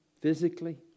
physically